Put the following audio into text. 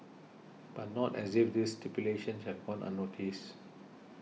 but not as if this stipulations have gone unnoticed